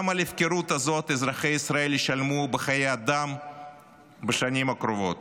גם על ההפקרות הזאת אזרחי ישראל ישלמו בחיי אדם בשנים הקרובות.